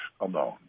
alone